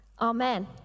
Amen